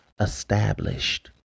established